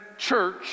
Church